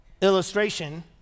illustration